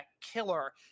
killer